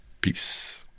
Peace